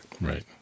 Right